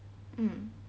mm